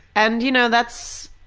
and you know, that's